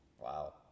wow